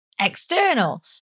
external